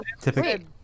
Typically